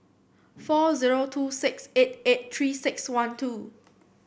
four zero two six eight eight Three six one two